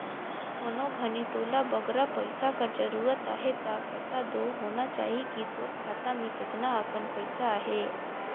कोनो घनी तोला बगरा पइसा कर जरूरत अहे ता पता दो होना चाही कि तोर खाता में केतना अकन पइसा अहे